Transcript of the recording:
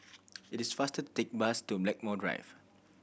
it is faster to take bus to Blackmore Drive